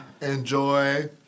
enjoy